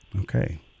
Okay